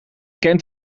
kent